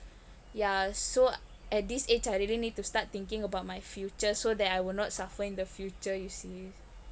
ya so at this age I really need to start thinking about my future so that I will not suffer in the future you see